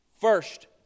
First